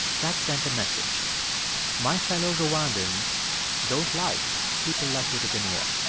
that sent a message my fellow rwandans don't like people like rutaganira